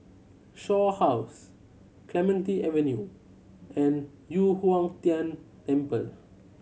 Shaw House Clementi Avenue and Yu Huang Tian Temple